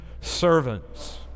servants